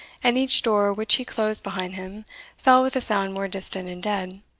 and each door which he closed behind him fell with a sound more distant and dead.